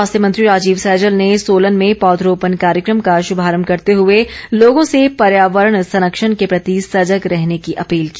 स्वास्थ्य मंत्री राजीव सैजल ने सोलन में पौधरोपण कार्यक्रम का शुभारंभ करते हुए लोगों से पर्यावरण संरक्षण के प्रति सजग रहने की अपील की